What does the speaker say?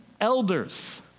elders